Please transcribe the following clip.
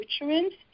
nutrients